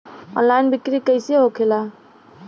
Online बिक्री कैसे होखेला?